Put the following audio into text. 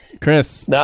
chris